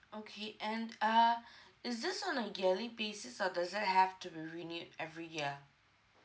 okay and uh is this on a yearly basis or does it have to be renewed every year